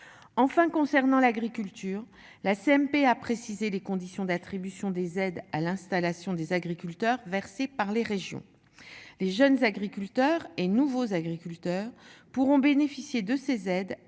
Enfin concernant l'agriculture, la CMP a précisé les conditions d'attribution des aides à l'installation des agriculteurs versée par les régions. Les jeunes agriculteurs et nouveaux agriculteurs pourront bénéficier de ces aides, à condition